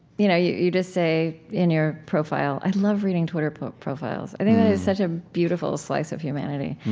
you know you just say in your profile i love reading twitter profiles. i think that is such a beautiful slice of humanity,